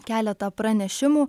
keletą pranešimų